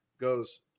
Goes